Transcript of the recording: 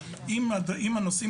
בנוסף